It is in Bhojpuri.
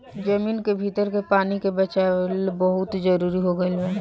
जमीन के भीतर के पानी के बचावल बहुते जरुरी हो गईल बा